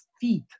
feet